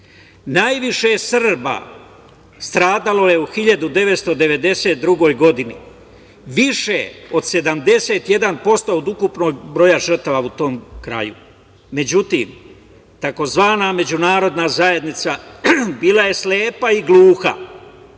civili. Najviše Srba stradalo je u 1992. godini, više od 71% od ukupnog broja žrtava u tom kraju. Međutim, takozvana međunarodna zajednica bila je slepa i gluha